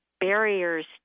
barriers